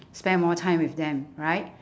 spend more time with them right